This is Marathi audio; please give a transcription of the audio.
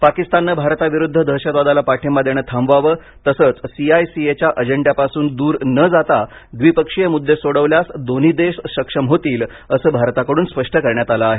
पाकिस्ताननं भारताविरुद्ध दहशतवादाला पाठींबा देणं थांबवावं तसंच सी आय सी ए च्या अजेंड्यापासून दूर न जाता द्विपक्षीय मुद्दे सोडवल्यास दोन्ही देश सक्षम होतील असं भारताकडून स्पष्ट करण्यात आलं आहे